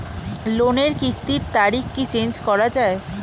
লোনের কিস্তির তারিখ কি চেঞ্জ করা যায়?